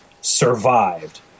survived